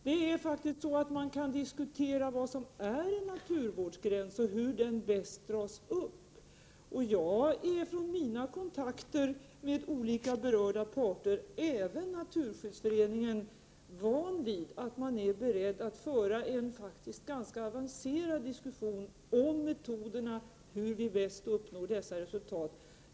Man kan faktiskt diskutera vad som är en naturvårdsgräns och hur den bäst skall dras upp. Från mina kontakter med olika berörda parter — även Naturskyddsföreningen — är jag van vid att man är beredd att föra en ganska avancerad diskussion om metoderna för hur vi bäst skall uppnå dessa resultat.